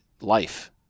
life